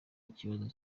ikibazo